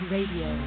Radio